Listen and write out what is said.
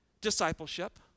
Discipleship